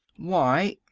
why,